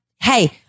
Hey